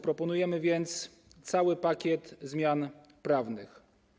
Proponujemy więc cały pakiet zmian prawnych.